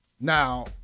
Now